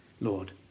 Lord